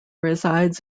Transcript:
resides